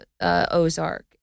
Ozark